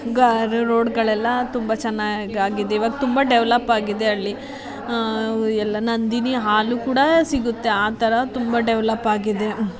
ಗಾರೆ ರೋಡುಗಳೆಲ್ಲ ತುಂಬ ಚೆನ್ನಾಗಿ ಆಗಿದೆ ಇವಾಗ ತುಂಬ ಡೆವಲಪ್ ಆಗಿದೆ ಹಳ್ಳಿ ಎಲ್ಲ ನಂದಿನಿ ಹಾಲು ಕೂಡ ಸಿಗುತ್ತೆ ಆ ಥರ ತುಂಬ ಡೆವಲಪ್ ಆಗಿದೆ